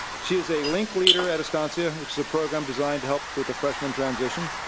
she is a link leader at estancia, which is a program designed to help with the freshmen transition,